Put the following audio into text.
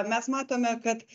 mes matome kad